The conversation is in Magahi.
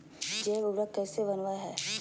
जैव उर्वरक कैसे वनवय हैय?